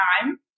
time